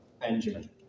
Benjamin